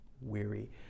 weary